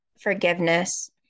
forgiveness